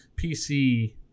PC